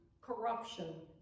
corruption